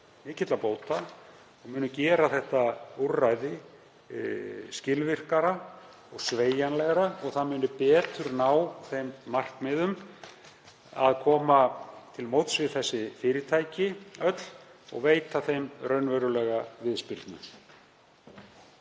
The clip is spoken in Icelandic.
mikilla bóta, munu gera þetta úrræði skilvirkara og sveigjanlegra og ná betur þeim markmiðum að koma til móts við þessi fyrirtæki öll og veita þeim raunverulega viðspyrnu.